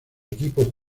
equipo